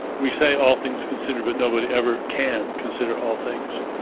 we say all things considered, but nobody ever can consider all things.